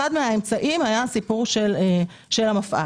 אחד האמצעים היה הסיפור של המפא"ר,